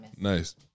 Nice